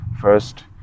First